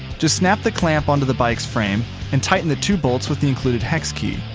just snap the clamp onto the bike's frame and tighten the two bolts with the included hex key.